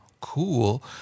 cool